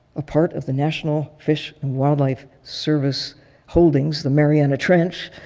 a part of the national fish and wildlife service holdings, the mariana trench,